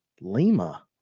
Lima